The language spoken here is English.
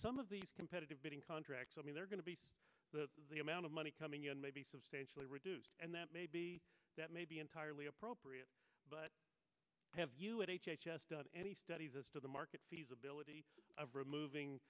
some of these competitive bidding contracts i mean they're going to be the the amount of money coming in may be substantially reduced and that may be that may be entirely appropriate but have you at h h s done any studies as to the market feasibility of remov